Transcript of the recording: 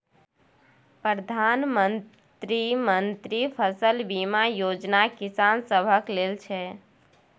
प्रधानमंत्री मन्त्री फसल बीमा योजना किसान सभक लेल छै